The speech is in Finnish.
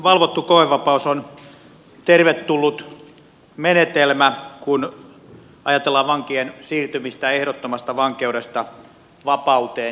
valvottu koevapaus on tervetullut menetelmä kun ajatellaan vankien siirtymistä ehdottomasta vankeudesta vapauteen